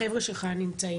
החבר'ה שלך נמצאים,